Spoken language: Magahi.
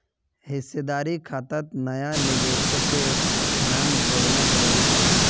हिस्सेदारी खातात नया निवेशकेर नाम जोड़ना जरूरी छेक